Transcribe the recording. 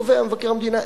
קובע מבקר המדינה,